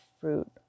fruit